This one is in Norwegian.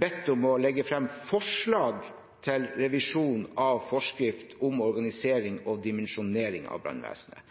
bedt om å legge frem forslag til revisjon av forskrift om organisering og dimensjonering av brannvesenet.